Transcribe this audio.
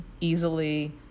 easily